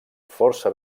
força